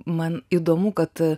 man įdomu kad